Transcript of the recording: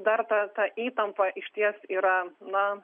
dar ta ta įtampa išties yra na